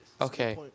Okay